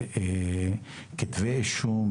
כתבי אישום,